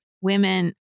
women